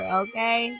okay